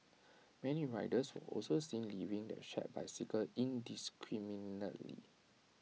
many riders were also seen leaving the shared bicycles indiscriminately